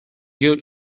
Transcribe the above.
good